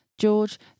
George